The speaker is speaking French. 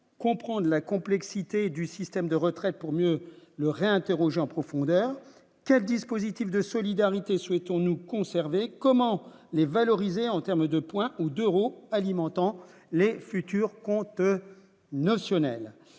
comprendre la complexité du système de retraite pour mieux le réinterroger en profondeur, quel dispositif de solidarité : souhaitons-nous conserver comment les valoriser en terme de points ou d'Euro, alimentant les futurs comptes notionnels,